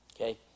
Okay